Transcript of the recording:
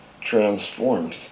transformed